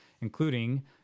including